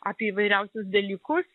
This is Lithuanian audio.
apie įvairiausius dalykus